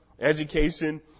education